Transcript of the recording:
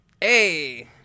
Hey